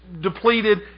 depleted